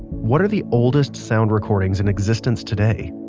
what are the oldest sound recordings in existence today?